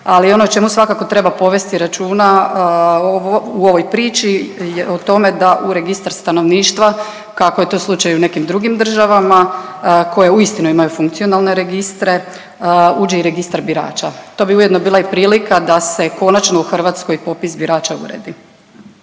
Ali ono o čemu svakako treba povesti računa u ovoj priči o tome da u registar stanovništva kako je to slučaj u nekim drugim državama koje uistinu imaju funkcionalne registre uđe i registar birača. To bi ujedno bila i prilika da se konačno u Hrvatskoj popis birača uredi.